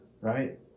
right